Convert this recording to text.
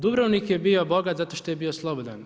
Dubrovnik je bio bogat zato što je bio slobodan.